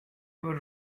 were